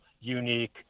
unique